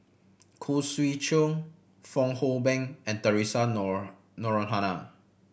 Khoo Swee Chiow Fong Hoe Beng and Theresa